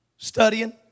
studying